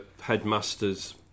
headmaster's